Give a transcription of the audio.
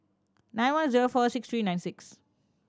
nine one zero four six three nine six